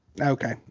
okay